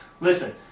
listen